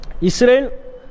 Israel